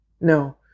No